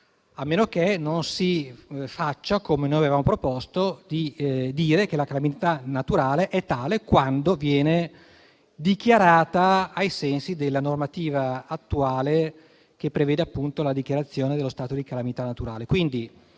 a meno che, come da noi proposto, non si specifichi che la calamità naturale è tale quando viene dichiarata ai sensi della normativa attuale, che prevede appunto la dichiarazione dello stato di calamità naturale.